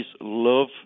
love